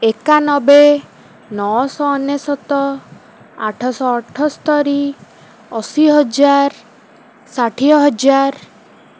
ଏକାନବେ ନଅଶହ ଅନେଶ୍ୱତ ଆଠଶହ ଅଠସ୍ତରୀ ଅଶୀ ହଜାର ଷାଠିଏ ହଜାର